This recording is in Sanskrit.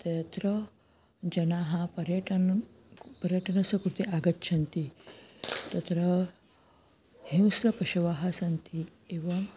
तत्र जनाः पर्यटनं पर्यटनस्य कृते आगच्छन्ति तत्र हिंसपशवः सन्ति एवं